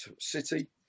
City